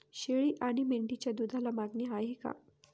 शेळी आणि मेंढीच्या दूधाला मागणी आहे का?